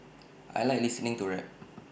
I Like listening to rap